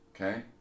Okay